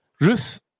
Ruth